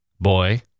boy